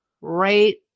right